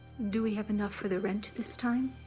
do we have enough for the rent this time?